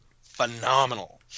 phenomenal